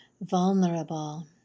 vulnerable